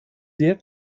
sehr